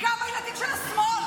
אתה לא תהיה פה.